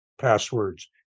passwords